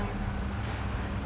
!hais!